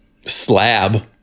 Slab